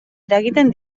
eragiten